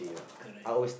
correct